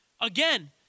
Again